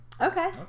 Okay